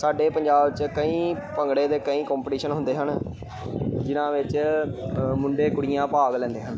ਸਾਡੇ ਪੰਜਾਬ 'ਚ ਕਈ ਭੰਗੜੇ ਦੇ ਕਈ ਕੋਂਪਟੀਸ਼ਨ ਹੁੰਦੇ ਹਨ ਜਿਨ੍ਹਾਂ ਵਿੱਚ ਮੁੰਡੇ ਕੁੜੀਆਂ ਭਾਗ ਲੈਂਦੇ ਹਨ